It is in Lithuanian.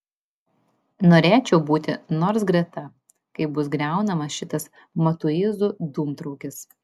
norėčiau būti nors greta kai bus griaunamas šitas matuizų dūmtraukis